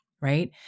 right